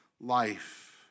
life